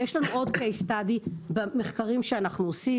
ויש לנו עוד תיקי מחקר במחקרים שאנחנו עושים,